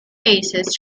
cases